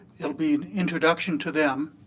it'll be an introduction to them.